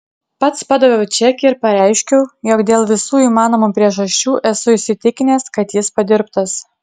pats padaviau čekį ir pareiškiau jog dėl visų įmanomų priežasčių esu įsitikinęs kad jis padirbtas